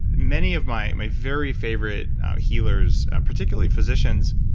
many of my my very favorite healers, particularly physicians,